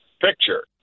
picture